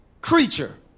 creature